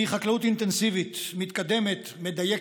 היא חקלאות אינטנסיבית, מתקדמת, מדייקת.